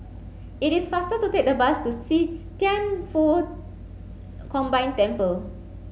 it is faster to take the bus to See Thian Foh Combined Temple